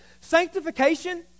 Sanctification